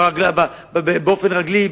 באופן רגלי,